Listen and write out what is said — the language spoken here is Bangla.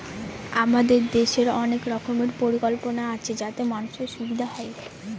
আমাদের দেশের অনেক রকমের পরিকল্পনা আছে যাতে মানুষের সুবিধা হয়